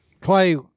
clay